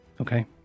Okay